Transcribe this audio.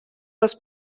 les